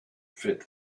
fit